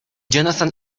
johnathan